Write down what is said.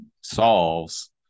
solves